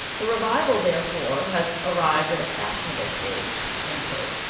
the arrival therefore has arrived at a fashionable stage, end quote.